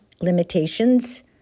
limitations